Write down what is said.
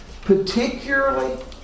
particularly